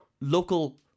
local